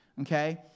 okay